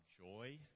joy